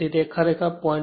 તેથી તે ખરેખર 0